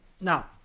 Now